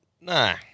Nah